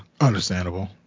understandable